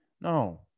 No